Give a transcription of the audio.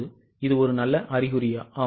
இப்போது இது ஒரு நல்ல அறிகுறியா